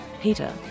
Peter